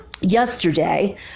yesterday